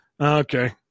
Okay